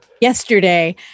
yesterday